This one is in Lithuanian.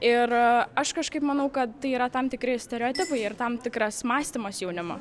ir aš kažkaip manau kad tai yra tam tikri stereotipai ir tam tikras mąstymas jaunimo